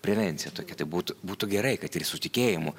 prevencija tokia tai būtų būtų gerai kad ir su tikėjimu